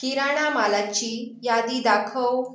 किराणा मालाची यादी दाखव